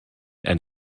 and